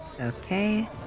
Okay